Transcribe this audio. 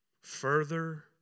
further